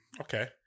okay